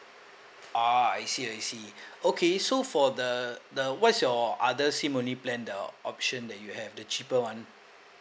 ah I see I see okay so for the the what's your other SIM only plan the option that you have the cheaper one